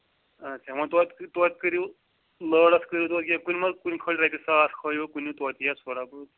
اَچھا وۅنۍ توتہِ توتہِ کٔرِو لٲرس کٔرِو تُہۍ کیٚنٛہہ کُنہِ منٛز کُنہِ پھۅلہِ رۄپیہِ ساس کھٲلِو کُنہِ توتہِ یِہَس تھوڑا بہت